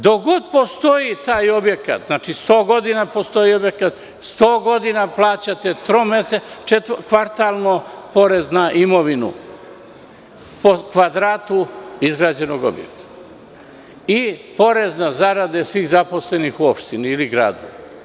Dok god postoji taj objekat, znači, 100 godina postoji objekat, 100 godina plaćate kvartalno porez na imovinu po kvadratu izgrađenog objekta i porez na zarade svih zaposlenih u opštini ili gradu.